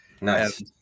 Nice